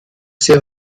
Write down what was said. sehr